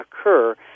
occur